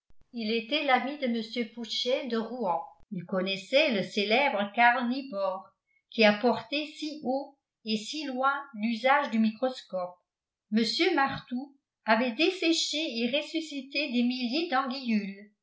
il était l'ami de mr pouchet de rouen il connaissait le célèbre karl nibor qui a porté si haut et si loin l'usage du microscope mr martout avait desséché et ressuscité des milliers d'anguillules